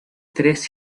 tres